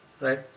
right